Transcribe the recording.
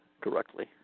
correctly